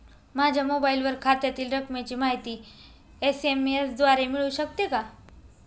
माझ्या मोबाईलवर खात्यातील रकमेची माहिती एस.एम.एस द्वारे मिळू शकते का?